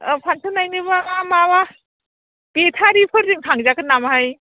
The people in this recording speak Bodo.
फांसन नायनोब्ला बेटारिफोरजों थांजागोन नामाथाय